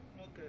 Okay